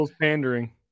pandering